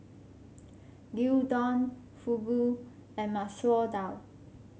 Gyudon Fugu and Masoor Dal